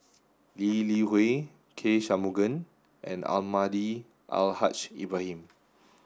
Lee Li Hui K Shanmugam and Almahdi Al Haj Ibrahim